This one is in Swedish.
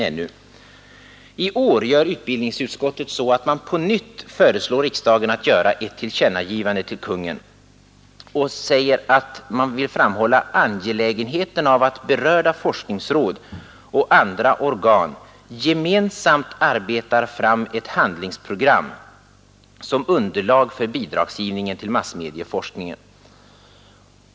I år föreslår utbildningsutskottet på nytt riksdagen att göra ett tillkännagivande till Kungl. Maj:t. Vidare framhåller utskottet angelägenheten av att berörda forskningsråd och andra organ gemensamt arbetar fram ett handlingsprogram som underlag för bidragsgivningen till massmedieforskningen.